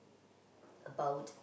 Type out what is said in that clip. about